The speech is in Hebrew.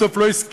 בסוף לא הסכים,